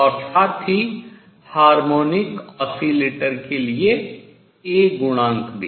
और साथ ही हार्मोनिक ऑसिलेटर के लिए A गुणांक भी